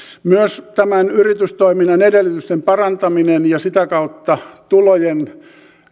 myös yritystoiminnan edellytysten parantaminen ja sitä kautta tulojen